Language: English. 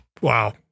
wow